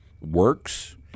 works